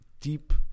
deep